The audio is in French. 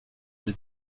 des